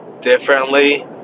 differently